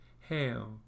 Hail